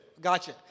gotcha